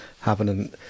happening